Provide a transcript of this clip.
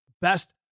best